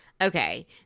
Okay